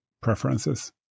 preferences